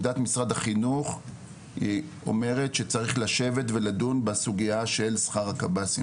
עמדת משרד החינוך היא אומרת שצריך לשבת ולדון בסוגיה של שכר הקב"סים.